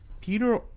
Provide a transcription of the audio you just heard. Peter